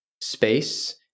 space